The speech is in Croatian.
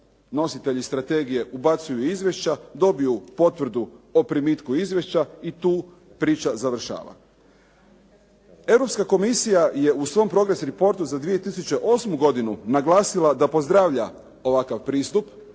nositelji strategije ubacuju izvješća, dobiju potvrdu o primitku izvješća i tu priča završava. Europska komisija je u svom progress reportu za 2008. godinu naglasila da pozdravlja ovakav pristup,